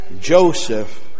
Joseph